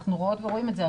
אנחנו רואות ורואים את זה,